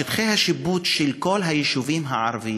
שטחי השיפוט של כל היישובים הערביים,